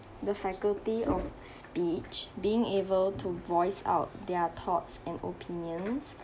the faculty of speech being able to voice out their thoughts and opinions